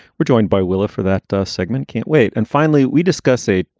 we're joined by willa for that segment. can't wait. and finally, we discuss it,